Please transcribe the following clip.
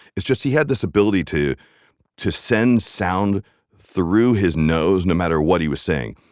it's just he had this ability to to send sound through his nose no matter what he was saying,